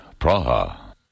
Praha